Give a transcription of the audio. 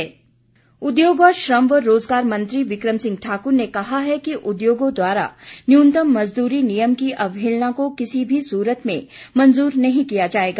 उद्योग मंत्री उद्योग और श्रम व रोजगार मंत्री बिक्रम सिंह ठाकुर ने कहा है कि उद्योगों द्वारा न्यूनतम मजदूरी नियम की अवहेलना को किसी भी सूरत में मंजूर नहीं किया जाएगा